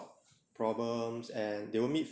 problems and they will meet